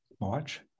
March